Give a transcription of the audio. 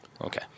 Okay